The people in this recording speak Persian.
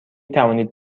توانید